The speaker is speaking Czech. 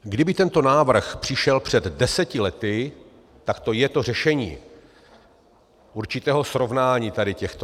Kdyby tento návrh přišel před deseti lety, tak to je to řešení určitého srovnání tady těchto.